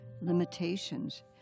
limitations